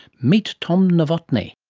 meet tom nowotny.